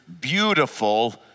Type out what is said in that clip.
beautiful